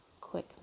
quick